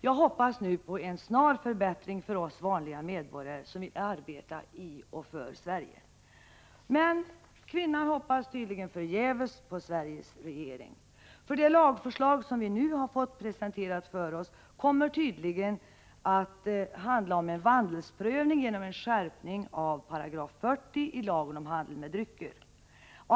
Jag hoppas nu på en snar förbättring för oss vanliga medborgare som vill arbeta i och för Sverige ———.” Men kvinnan hoppas tydligen förgäves på Sveriges regering. Det lagförslag som vi nu har fått presenterat för oss kommer tydligen att handla om en vandelsprövning genom en skärpning av 40 § ilagen om handel med drycker.